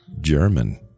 German